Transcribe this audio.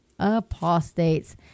apostates